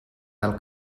del